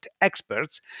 experts